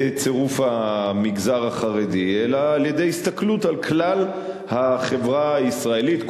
צירוף המגזר החרדי אלא על-ידי הסתכלות על כלל החברה הישראלית,